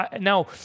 now